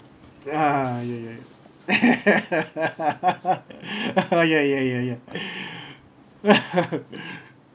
ah ya ya ya ya ya ya ya